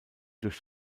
durch